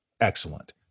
Excellent